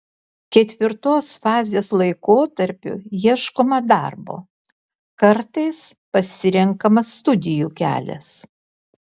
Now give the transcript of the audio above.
ketvirtos fazės laikotarpiu ieškoma darbo kartais pasirenkama studijų kelias